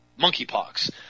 monkeypox